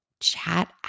chat